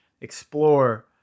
explore